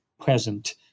present